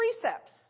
precepts